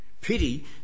Pity